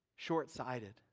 short-sighted